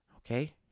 Okay